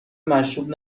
مشروب